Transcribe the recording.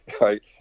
right